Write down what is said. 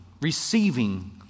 receiving